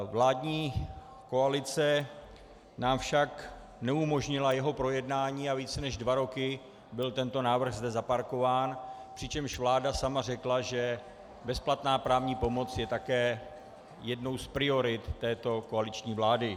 Vládní koalice nám však neumožnila jeho projednání a více než dva roky byl tento návrh zde zaparkován, přičemž vláda sama řekla, že bezplatná právní pomoc je také jednou z priorit této koaliční vlády.